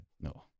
No